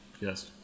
Yes